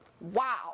wow